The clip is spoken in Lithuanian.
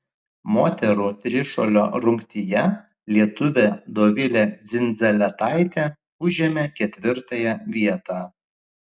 moterų trišuolio rungtyje lietuvė dovilė dzindzaletaitė užėmė ketvirtąją vietą